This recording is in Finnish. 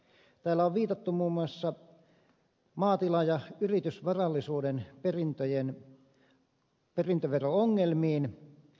täällä on viitattu muun muassa maatila ja yritysvarallisuuden perintöjen perintövero ongelmiin